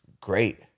great